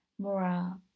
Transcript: more